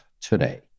today